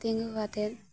ᱛᱤᱸᱜᱩ ᱠᱟᱛᱮᱫ